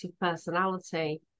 personality